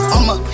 I'ma